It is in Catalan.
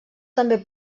també